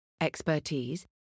expertise